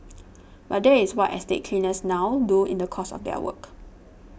but that is what estate cleaners now do in the course of their work